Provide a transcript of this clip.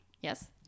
Yes